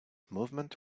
movement